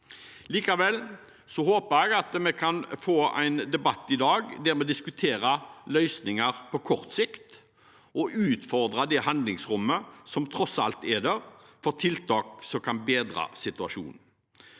Likevel håper jeg at vi kan få en debatt i dag der vi diskuterer løsninger på kort sikt og utfordrer det handlingsrommet som tross alt er der, for til tak som kan bedre situasjonen,